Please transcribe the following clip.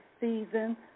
season